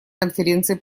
конференции